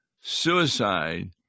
suicide